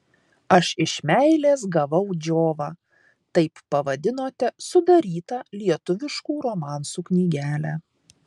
aš iš meilės gavau džiovą taip pavadinote sudarytą lietuviškų romansų knygelę